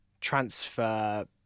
transfer